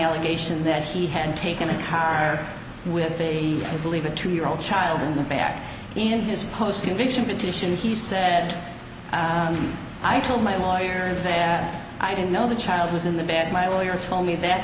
allegation that he had taken a car with a believe a two year old child in the back in his post conviction petition he said i told my lawyer i didn't know the child was in the bed my lawyer told me that